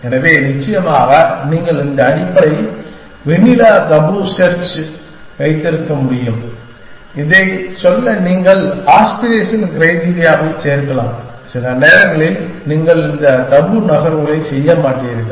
எனவே நிச்சயமாக நீங்கள் இந்த அடிப்படை வெண்ணிலா தபு செர்ச் வைத்திருக்க முடியும் இதைச் சொல்ல நீங்கள் ஆஸ்பிரேஷன் கிரிட்டீரியாவைச் சேர்க்கலாம் சில நேரங்களில் நீங்கள் தபு நகர்வுகளைச் செய்ய மாட்டீர்கள்